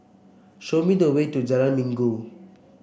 show me the way to Jalan Minggu